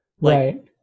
Right